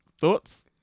Thoughts